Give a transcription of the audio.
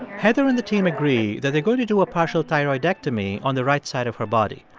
heather and the team agree that they're going to do a partial thyroidectomy on the right side of her body.